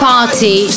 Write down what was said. Party